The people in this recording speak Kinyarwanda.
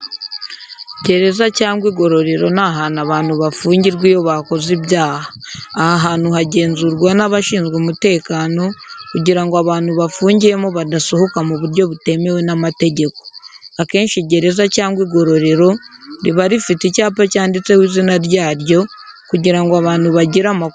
Gereza cyangwa igororero ni ahantu abantu bafungirwa iyo bakoze ibyaha. Aha hantu hagenzurwa n'abashinzwe umutekano kugira ngo abantu bafungiyemo badasohoka mu buryo butemewe n'amategeko. Akenshi gereza cyangwa igororero riba rifite icyapa cyanditseho izina ryaryo, kugira ngo abantu bagire amakuru ahagije.